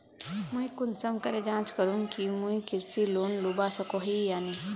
मुई कुंसम करे जाँच करूम की मुई कृषि लोन लुबा सकोहो ही या नी?